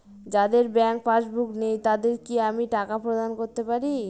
যাদের bank passbook নেই তাদের কি আমি টাকা প্রদান করতে পারি?